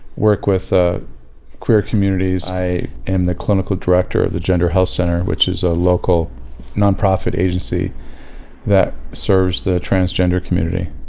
work with ah queer communities. i am the clinical director of the gender health center which is a local non-profit agency that serves the transgender community.